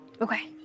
Okay